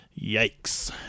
yikes